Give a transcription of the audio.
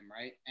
right